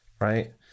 right